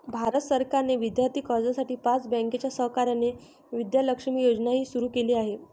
भारत सरकारने विद्यार्थी कर्जासाठी पाच बँकांच्या सहकार्याने विद्या लक्ष्मी योजनाही सुरू केली आहे